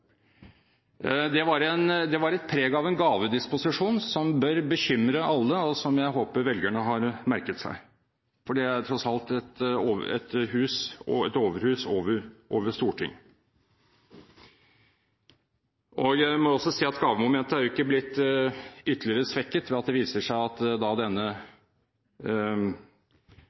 Det var et preg av en gavedisposisjon som bør bekymre alle, og som jeg håper velgerne har merket seg. Det er tross alt et overhus over et storting. Jeg må også si at gavemomentet jo ikke er blitt ytterligere svekket ved at det viser seg at denne